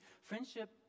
friendship